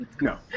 No